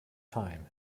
time